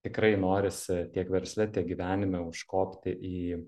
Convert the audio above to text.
tikrai norisi tiek versle tiek gyvenime užkopti į